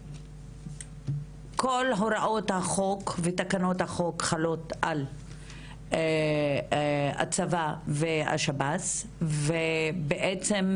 כל הוראות החוק ותקנות החוק חלות על הצבא והשב"ס ובעצם,